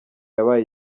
yabaye